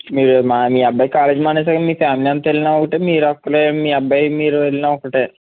మీ మీ అబ్బాయి కాలేజ్ మానేస్తే మీ ఫ్యామిలీ అంతా వెళ్ళినా ఒకటే మీరు ఒక్కరే మీ అబ్బాయి మీరు వెళ్ళినా ఒకటే